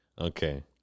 Okay